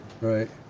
Right